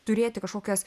turėti kažkokias